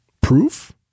proof